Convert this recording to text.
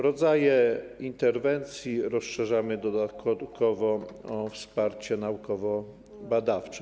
Rodzaje interwencji rozszerzamy dodatkowo o wsparcie naukowo badawcze.